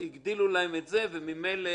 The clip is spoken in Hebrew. הגדילו להם את זה וממילא